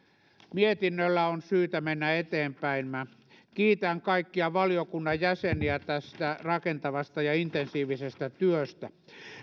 mietinnöllä on syytä mennä eteenpäin minä kiitän kaikkia valiokunnan jäseniä tästä rakentavasta ja intensiivisestä työstä